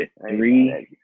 three